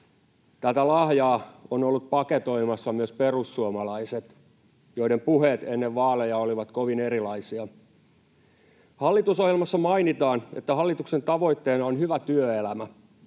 Tätä lahjaa ovat olleet paketoimassa myös perussuomalaiset, joiden puheet ennen vaaleja olivat kovin erilaisia. Hallitusohjelmassa mainitaan, että hallituksen tavoitteena on hyvä työelämä.